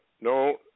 no